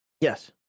Yes